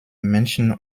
menschen